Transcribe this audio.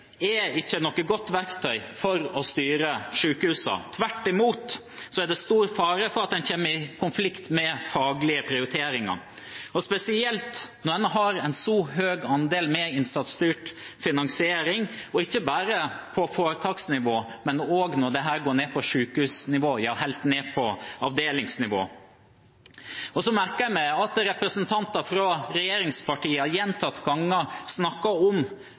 er ikke noe godt verktøy for å styre sykehusene. Tvert imot er det stor fare for at en kommer i konflikt med faglige prioriteringer, spesielt når en har en så høy andel innsatsstyrt finansiering, ikke bare på foretaksnivå, men også ned på sykehusnivå – ja, helt ned på avdelingsnivå. Så merker jeg meg at representanter fra regjeringspartiene gjentatte ganger snakker om